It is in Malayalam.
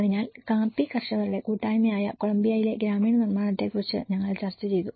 അതിനാൽ കാപ്പി കർഷകരുടെ കൂട്ടായ്മയായ കൊളംബിയയിലെ ഗ്രാമീണ നിർമ്മാണത്തെക്കുറിച്ച് ഞങ്ങൾ ചർച്ച ചെയ്തു